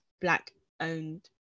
Black-owned